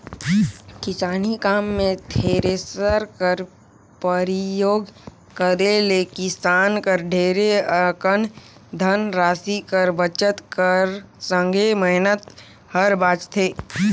किसानी काम मे थेरेसर कर परियोग करे ले किसान कर ढेरे अकन धन रासि कर बचत कर संघे मेहनत हर बाचथे